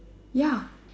ya